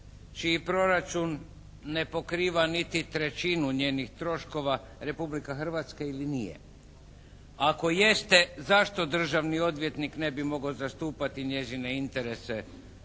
čiji proračun ne pokriva niti trećinu njenih troškova Republike Hrvatske ili nije? Ako jeste, zašto državni odvjetnik ne bi mogao zastupati njezine interese